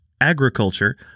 agriculture